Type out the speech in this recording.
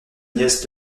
nièce